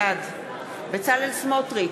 בעד בצלאל סמוטריץ,